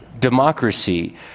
Democracy